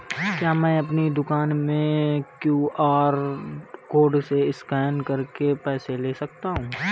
क्या मैं अपनी दुकान में क्यू.आर कोड से स्कैन करके पैसे ले सकता हूँ?